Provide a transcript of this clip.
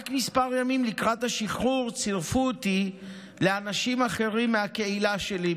רק מספר ימים לקראת השחרור צירפו אותי לאנשים אחרים מהקהילה שלי,